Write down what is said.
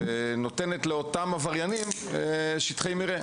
ונותנת לאותם עבריינים את אותם שטחי מרעה.